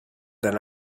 than